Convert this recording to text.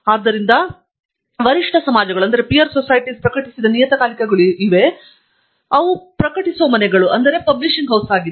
ಆದ್ದರಿಂದ ಸಮಾಜಗಳು ಪ್ರಕಟಿಸಿದ ನಿಯತಕಾಲಿಕಗಳು ಇವೆ ಮತ್ತು ಅವುಗಳು ಪ್ರಕಟಿಸುವ ಮನೆಗಳಾಗಿವೆ